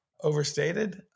overstated